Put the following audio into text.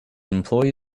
employee